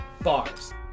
Bars